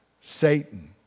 Satan